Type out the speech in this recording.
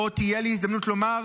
עוד תהיה לי הזדמנות לומר"